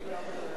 על כל פנים,